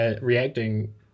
reacting